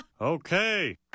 Okay